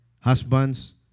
Husbands